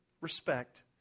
respect